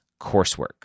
coursework